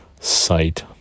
site